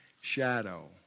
shadow